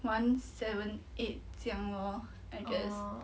one seven eight 这样咯 lor I guess